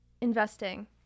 investing